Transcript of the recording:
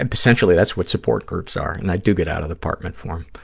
and essentially, that's what support groups are, and i do get out of the apartment for them.